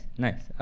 nice.